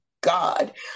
God